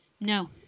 No